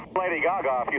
lady gaga if you